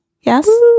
Yes